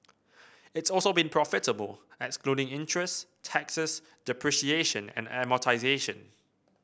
it's also been profitable excluding interest taxes depreciation and amortisation